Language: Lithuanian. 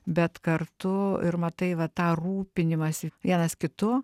bet kartu ir matai va tą rūpinimąsi vienas kitu